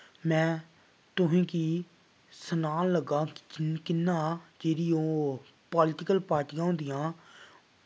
में तुहेंगी सनान लगा कि कि'यां केह्ड़ी ओह् पालिटिकल पार्टियां होंदियां